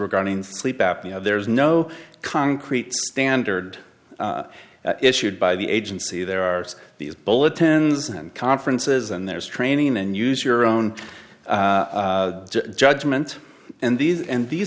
regarding sleep apnea there is no concrete standard issued by the agency there are these bulletins and conferences and there's training and use your own judgment and these and these